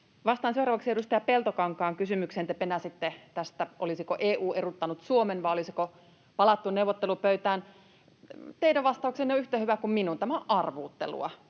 Vastaan seuraavaksi edustaja Peltokankaan kysymykseen. Te penäsitte tätä, olisiko EU erottanut Suomen vai olisiko palattu neuvottelupöytään. Teidän vastauksenne on yhtä hyvä kuin minun, tämä on arvuuttelua.